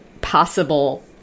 possible